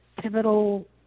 pivotal –